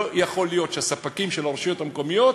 לא יכול להיות שהספקים של הרשויות המקומיות